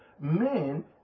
men